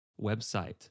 website